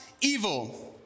evil